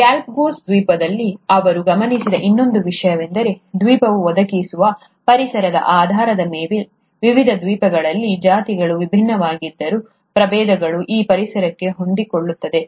Galapagos ದ್ವೀಪದಲ್ಲಿ ಅವರು ಗಮನಿಸಿದ ಇನ್ನೊಂದು ವಿಷಯವೆಂದರೆ ದ್ವೀಪವು ಒದಗಿಸುವ ಪರಿಸರದ ಆಧಾರದ ಮೇಲೆ ವಿವಿಧ ದ್ವೀಪಗಳಲ್ಲಿ ಜಾತಿಗಳು ವಿಭಿನ್ನವಾಗಿದ್ದರೂ ಪ್ರಭೇದಗಳು ಆ ಪರಿಸರಕ್ಕೆ ಹೊಂದಿಕೊಳ್ಳುತ್ತವೆ